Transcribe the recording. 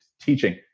teaching